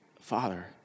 Father